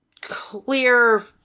clear